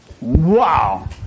Wow